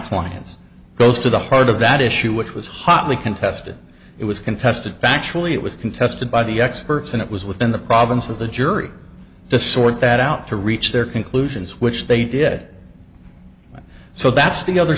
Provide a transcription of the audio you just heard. clients goes to the heart of that issue which was hotly contested it was contested factually it was contested by the experts and it was within the province of the jury to sort that out to reach their conclusions which they did and so that's the other